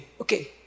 Okay